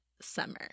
summer